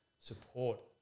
support